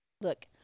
Look